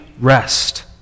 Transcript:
rest